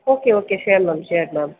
okay okay sure ma'am sure ma'am